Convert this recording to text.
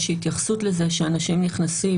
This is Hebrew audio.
איזושהי התייחסות לזה שאנשים נכנסים